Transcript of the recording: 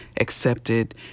accepted